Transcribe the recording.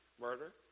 Murder